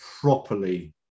properly